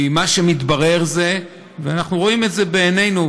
כי מה שמתברר ואנחנו רואים את זה בעינינו,